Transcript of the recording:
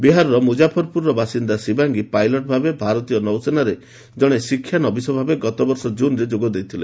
ବିହାରର ମୁକ୍ତାଫରପୁରର ବାସିନ୍ଦା ସିବାଙ୍ଗୀ ପାଇଲଟ ଭାବେ ଭାରତୀୟ ନୌସେନାରେ ଜଣେ ଶିକ୍ଷାନବିସ ଭାବେ ଗତବର୍ଷ ଜୁନ୍ରେ ଯୋଗ ଦେଇଥିଲେ